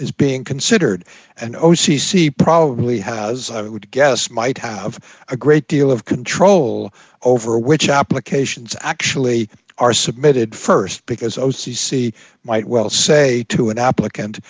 is being considered and o c c probably has i would guess might have a great deal of control over which applications actually are submitted st because o c c might well say to an applicant